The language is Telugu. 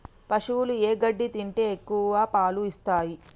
పశువులు ఏ గడ్డి తింటే ఎక్కువ పాలు ఇస్తాయి?